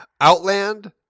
Outland